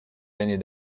l’année